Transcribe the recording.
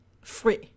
free